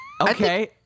okay